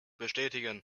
bestätigen